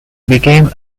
became